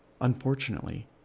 Unfortunately